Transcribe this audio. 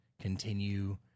continue